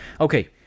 Okay